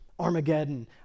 Armageddon